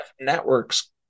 networks